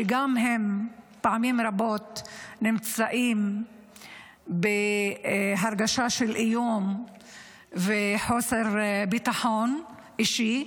גם הם פעמים רבות נמצאים בהרגשה של איום וחוסר ביטחון אישי.